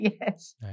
yes